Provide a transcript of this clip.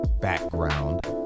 background